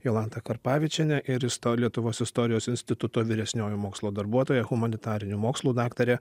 jolanta karpavičienė ir is lietuvos istorijos instituto vyresnioji mokslo darbuotoja humanitarinių mokslų daktarė